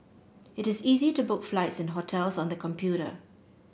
it is easy to book flights and hotels on the computer